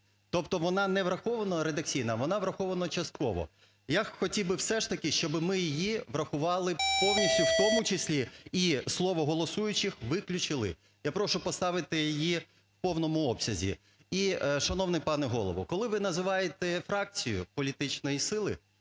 Тобто вона не врахована редакційно, а вона врахована частково. Я хотів би все ж таки, щоби ми її врахували повністю, в тому числі і слово "голосуючих" виключити. Я прошу поставити її в повному обсязі. І, шановний пане Голово, коли ви називаєте фракцію політичної сили,